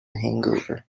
hangover